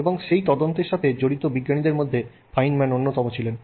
এবং সেই তদন্তের সাথে জড়িত বিজ্ঞানীদের মধ্যে ফাইনম্যান অন্যতম ছিলেন